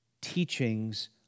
teachings